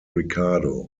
ricardo